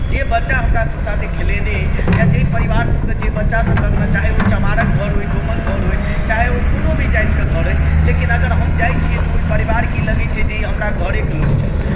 जे बच्चा हमरा सब साथे खेलेने अछि या जे परिवार सबके जे बच्चा सबके अङ्गना चाहे ओ चमारक घर होइ डोमक घर होइ चाहे ओ कोनो भी जातिके घर होइ लेकिन अगर हम जाइ छियै तऽ ओइ परिवारके ई लगय छै जे ई हमरा घरेके लोक छथि